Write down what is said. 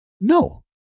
no